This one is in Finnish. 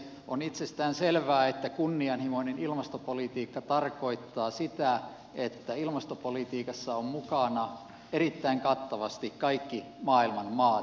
on itsestään selvää että kunnianhimoinen ilmastopolitiikka tarkoittaa sitä että ilmastopolitiikassa ovat mukana erittäin kattavasti kaikki maailman maat